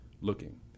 looking